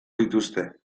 dituzte